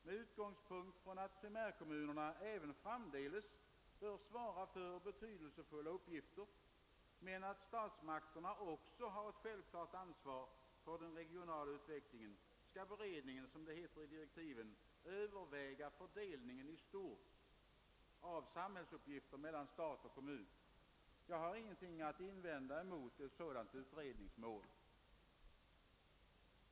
Med utgångspunkt i att primärkommunerna även framdeles bör svara för betydelsefulla uppgifter men att statsmakterna också har ett självklart ansvar för den regionala utvecklingen skall beredningen — som det heter i direktiven — överväga fördelningen i stort av samhällsuppgifter mellan stat och kommun. Jag har ingenting att invända mot ett sådant utredningsmål.